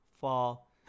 fall